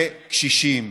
וקשישים.